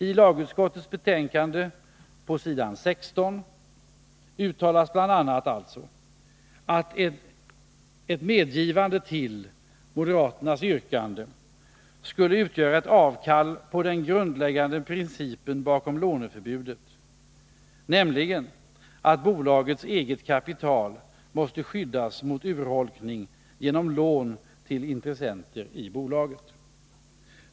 I lagutskottets betänkande på s. 16 uttalas alltså bl.a. att ett medgivande till moderaternas yrkande skulle utgöra ett avkall på den grundläggande principen bakom låneförbudet, nämligen att bolagets eget kapital måste skyddas mot urholkning genom lån till intressenter i bolaget.